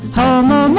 home